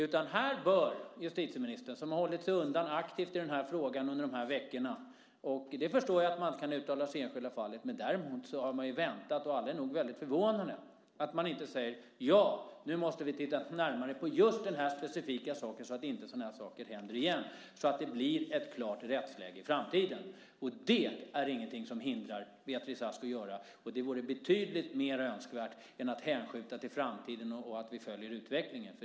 Jag förstår att justitieministern, som under de gångna veckorna aktivt hållit sig undan vad gäller den här frågan, inte kan uttala sig i det enskilda fallet, men alla är nog förvånade över att man inte säger: Ja, nu måste vi titta närmare på just det här specifika fallet så att det inte händer igen och att rättsläget i framtiden blir klart. Ingenting hindrar Beatrice Ask från att göra det, och det vore betydligt mer önskvärt än att hänskjuta saken på framtiden och säga att man följer utvecklingen.